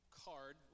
card